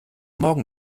morgen